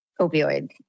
opioid